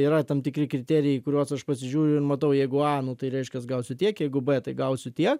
yra tam tikri kriterijai į kuriuos aš pasižiūriu ir matau jeigu a nu tai reiškias gausiu tiek jeigu b tai gausiu tie